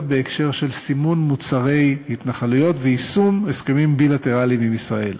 בהקשר של סימון מוצרי התנחלויות ויישום הסכמים בילטרליים עם ישראל.